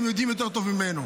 והם יודעים יותר טוב ממנו.